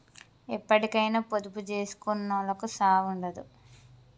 ఎప్పటికైనా పొదుపు జేసుకునోళ్లకు సావుండదు